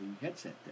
headset